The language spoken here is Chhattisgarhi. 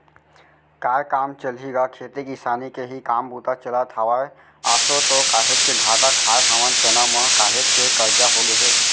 काय काम चलही गा खेती किसानी के ही काम बूता चलत हवय, आसो तो काहेच के घाटा खाय हवन चना म, काहेच के करजा होगे हे